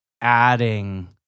adding